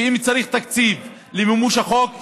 אם צריך תקציב למימוש החוק,